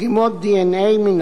קשישים ונכים,